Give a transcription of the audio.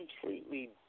completely